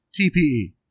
TPE